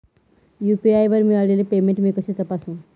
UPI वर मिळालेले payment मी कसे तपासू?